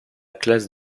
classe